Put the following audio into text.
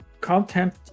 content